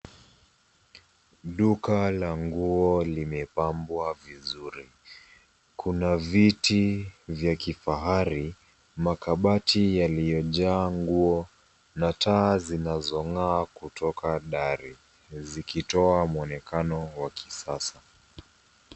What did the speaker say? Duka la nguo limepambwa vizuri. Kuna viti vya kifahari, makabati yaliyojaa nguo na taa zinazong'aa kutoka dari zikitoa mwonekano wa kisasa.